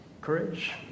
courage